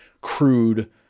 crude